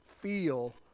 feel